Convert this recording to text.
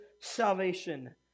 salvation